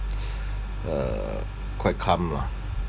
uh quite calm lah